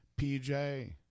PJ